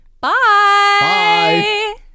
Bye